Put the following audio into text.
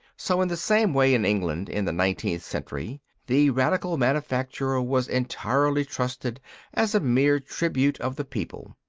so in the same way in england in the nineteenth century the radical manufacturer was entirely trusted as a mere tribune of the people,